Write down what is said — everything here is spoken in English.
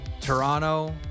Toronto